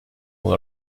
will